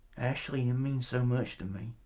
ashley, you mean so much to me.